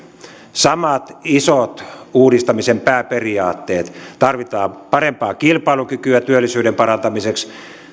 samat isot uudistamisen pääperiaatteet tarvitaan parempaa kilpailukykyä työllisyyden parantamiseksi